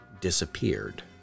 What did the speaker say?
disappeared